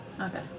okay